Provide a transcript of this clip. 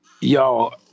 Yo